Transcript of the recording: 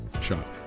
shot